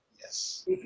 Yes